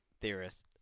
theorist